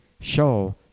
Show